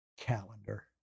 calendar